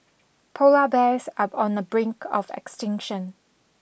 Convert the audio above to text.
polar bears are on the brink of extinction